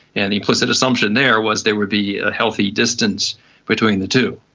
and the implicit assumption there was there would be a healthy distance between the two.